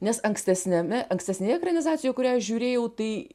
nes ankstesniame ankstesnėje ekranizacijoj kurią žiūrėjau tai